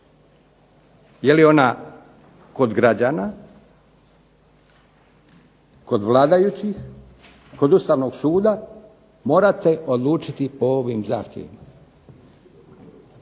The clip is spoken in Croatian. Je li ona kod građana, kod vladajućih, kod Ustavnog suda morate odlučiti po ovim zahtjevima.